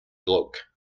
bloke